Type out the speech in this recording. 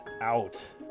out